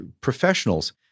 professionals